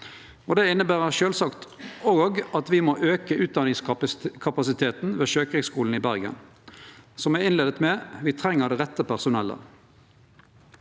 Det inneber sjølvsagt òg at me må auke utdanningskapasiteten ved Sjøkrigsskolen i Bergen. Som eg innleia med: Me treng det rette personellet.